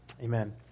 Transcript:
Amen